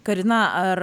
karina ar